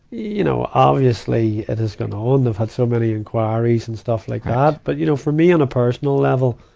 you know, obviously, and it gone on. they've had so many inquiries and stuff like that. but, you know for me, on a personal level,